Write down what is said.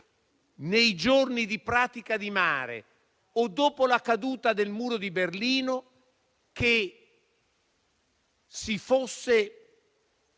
nei giorni di Pratica di Mare o dopo la caduta del Muro di Berlino, che si potesse